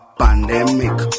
pandemic